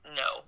no